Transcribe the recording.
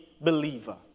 believer